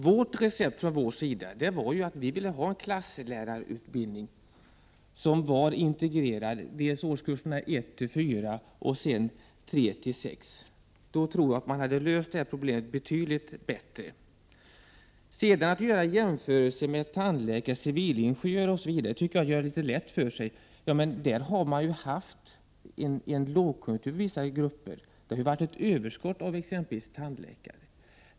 Vårt recept var att vi ville ha en klasslärarutbildning som var integrerad, dels för årskurserna 1-4, dels för årskurserna 3-6. På det sättet tror jag att problemet hade lösts betydligt bättre. Att jämföra med tandläkare, civilingenjörer osv. tycker jag är att göra det litet lätt för sig. Där har man ju haft en lågkonjunktur i vissa grupper. Det har exempelvis varit ett överskott av tandläkare.